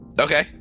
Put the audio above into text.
okay